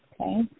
Okay